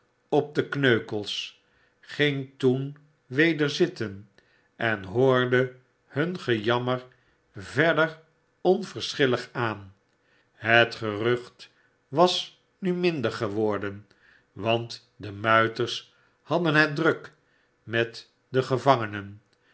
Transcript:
op de kneukels ging toen weder zitten en hoorde hun gejammer verder onverschillig aan het gerucht was nu minder geworden want de muiters hadden iiet druk met de gevangenen